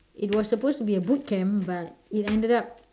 it was supposed to be a boot camp but it ended up